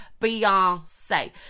Beyonce